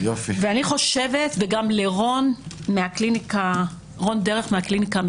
וגם לרון דרך מהקליניקה המשפטית,